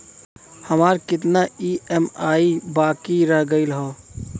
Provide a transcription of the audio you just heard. हमार कितना ई ई.एम.आई बाकी रह गइल हौ?